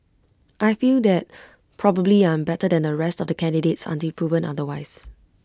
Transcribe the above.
I feel that probably I am better than the rest of the candidates until proven otherwise